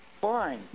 fine